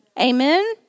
Amen